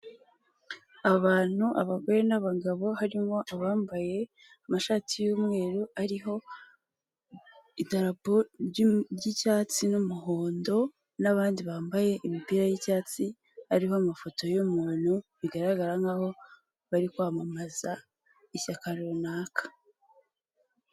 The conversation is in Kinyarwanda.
Abantu abagore n'abagabo harimo abambaye amashati y'umweru ariho idarapo ry'icyatsi n'umuhondo n'abandi bambaye imipira y'icyatsi ariho amafoto y'umuntu, bigaragara nkaho bari kwamamaza ishyaka runaka.